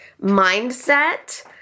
mindset